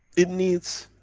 it needs